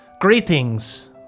Greetings